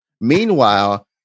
meanwhile